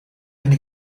eine